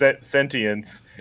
sentience